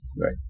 Right